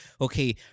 okay